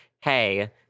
hey